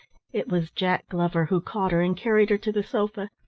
it was jack glover who caught her and carried her to the sofa.